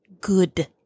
good